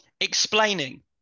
explaining